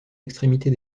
extrémités